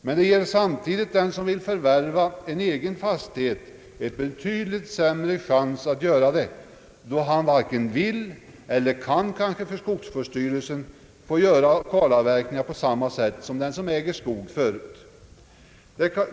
Men det ger samtidigt dem som vill förvärva en egen fastighet en betydligt sämre chans att göra det, då de väl varken vill eller för skogsvårdsmyndigheterna får göra kalavverkningar på samma sätt som den som äger skog förut.